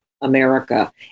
America